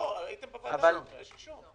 אתמול הייתם בוועדה, שלשום.